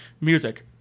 music